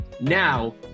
now